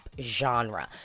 genre